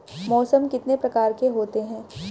मौसम कितने प्रकार के होते हैं?